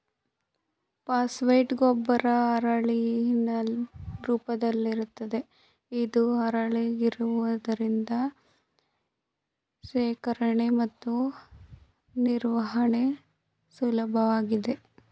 phosphate ಗೊಬ್ಬರ ಹರಳಿನ ರೂಪದಲ್ಲಿರುತ್ತದೆ ಇದು ಹರಳಾಗಿರುವುದರಿಂದ ಶೇಖರಣೆ ಮತ್ತು ನಿರ್ವಹಣೆ ಸುಲಭವಾಗಿದೆ